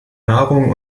nahrung